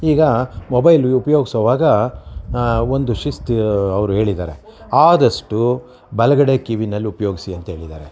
ಈಗ ಮೊಬೈಲ್ ಉಪ್ಯೋಗ್ಸೋವಾಗ ಒಂದು ಶಿಸ್ತು ಅವರು ಹೇಳಿದಾರೆ ಆದಷ್ಟು ಬಲಗಡೆ ಕಿವಿಯಲ್ಲಿ ಉಪಯೋಗಿಸಿ ಅಂತ ಹೇಳಿದಾರೆ